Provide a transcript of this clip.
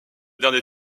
dernier